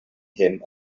him